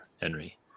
Henry